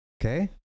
Okay